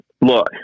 Look